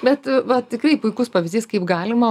bet va tikrai puikus pavyzdys kaip galima